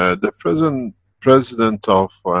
ah the present president of